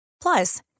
Plus